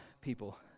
people